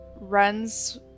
runs